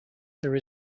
there